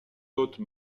hautes